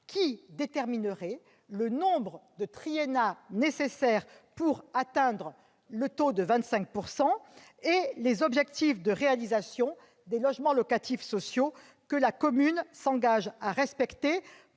déterminerait le nombre de triennats nécessaires pour atteindre ce taux de 25 %, ainsi que les objectifs de réalisation de logements locatifs sociaux que la commune s'engage à respecter